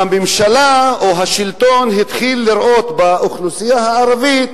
והשלטון התחיל לראות באוכלוסייה הערבית